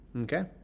Okay